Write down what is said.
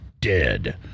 dead